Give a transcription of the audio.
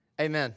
Amen